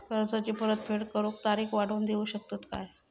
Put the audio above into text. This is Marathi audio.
कर्जाची परत फेड करूक तारीख वाढवून देऊ शकतत काय?